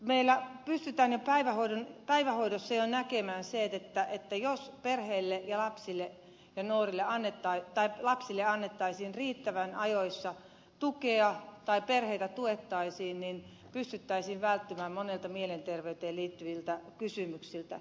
meillä pystytään jo päivähoidossa näkemään se että jos perheille ja lapsille annettaisiin riittävän ajoissa tukea niin pystyttäisiin välttymään monelta mielenterveyteen liittyviltä kysymyksiltä